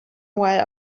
while